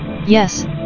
Yes